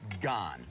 gone